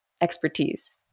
expertise